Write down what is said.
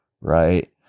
right